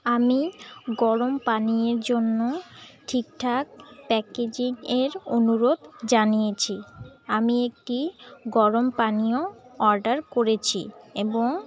আমি গরম পানীয়ের জন্য ঠিক ঠাক প্যাকেজিংয়ের অনুরোধ জানিয়েছি আমি একটি গরম পানীয় অর্ডার করেছি এবং